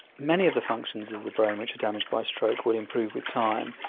many of the functions of the brain which are damaged by stroke will improve with time.